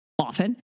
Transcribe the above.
Often